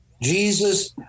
Jesus